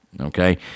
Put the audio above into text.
Okay